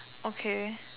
okay